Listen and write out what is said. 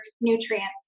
nutrients